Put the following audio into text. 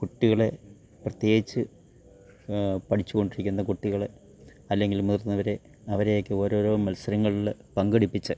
കുട്ടികളേ പ്രത്യേകിച്ച് പഠിച്ചു കൊണ്ടിരിക്കുന്ന കുട്ടികൾ അല്ലെങ്കിൽ മുതിർന്നവർ അവരെയൊക്കെ ഓരോരോ മത്സരങ്ങളിൽ പങ്കെടുപ്പിച്ച്